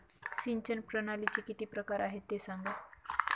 सिंचन प्रणालीचे किती प्रकार आहे ते सांगा